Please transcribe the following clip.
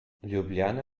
ljubljana